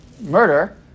murder